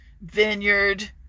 vineyard